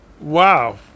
Wow